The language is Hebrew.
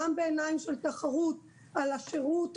גם בעיניים של תחרות על השירות,